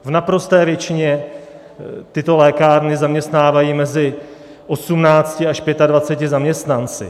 V naprosté většině tyto lékárny zaměstnávají mezi 18 až 25 zaměstnanci.